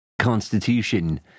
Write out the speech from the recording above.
constitution